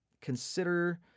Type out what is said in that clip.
consider